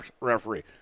referee